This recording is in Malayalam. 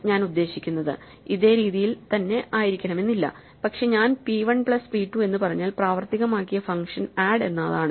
ഞാൻ ഉദ്ദേശിക്കുന്നത് ഇത് ഈ രീതിയിൽ ആയിരിക്കണമെന്നല്ല പക്ഷേ ഞാൻ p 1 പ്ലസ് p 2 എന്ന് പറഞ്ഞാൽ പ്രാവർത്തികമാക്കിയ ഫങ്ഷൻ ആഡ് എന്നതാണ്